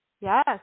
Yes